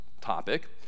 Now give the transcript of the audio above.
topic